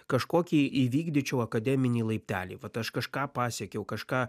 kažkokį įvykdyčiau akademinį laiptelį vat aš kažką pasiekiau kažką